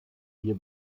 wir